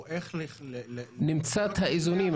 הוא איך --- נמצא את האיזונים,